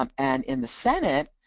um and in the senate,